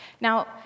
Now